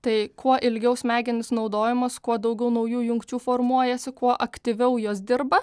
tai kuo ilgiau smegenys naudojamos kuo daugiau naujų jungčių formuojasi kuo aktyviau jos dirba